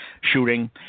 shooting